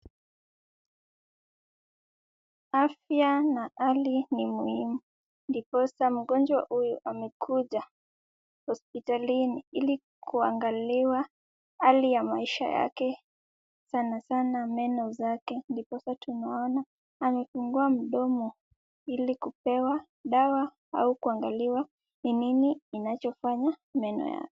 Afya na hali ni muhimu. Ndiposa mgonjwa huyu amekuja hospitalini ili kuangaliwa hali ya maisha yake, sanansana meno zake, ndiposa tunaona amefungua mdomo, ili kupewa dawa au kuangaliwa ni nini inchofanya meno yake.